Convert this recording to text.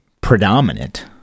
predominant